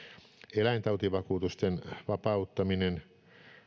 eläintautivakuutusten vapauttaminen